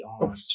on